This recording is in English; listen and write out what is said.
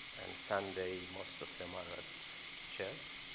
and sunday, most of them are at church.